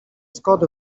scott